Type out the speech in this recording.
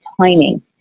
timing